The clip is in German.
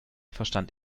verstand